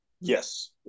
Yes